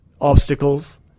obstacles